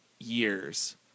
Years